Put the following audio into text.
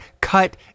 cut